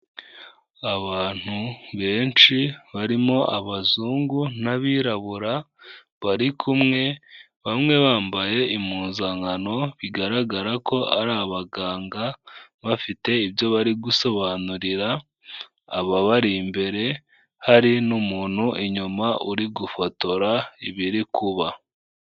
Abantu benshi barimo abazungu n'abirabura bari kumwe, bamwe bambaye impuzankano, bigaragara ko ari abaganga, bafite ibyo bari gusobanurira ababari imbere, hari n'umuntu inyuma uri gufotora ibiri kuba.